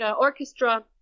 orchestra